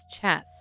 chest